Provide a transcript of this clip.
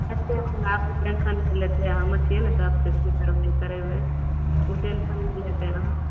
tension लेतय हम छियै ने सभ ठीके करब करेबय उ टेंशन नहि लेतय अहाँ